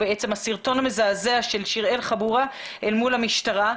עם הסרטון של שיראל חבורה אל מול המשטרה.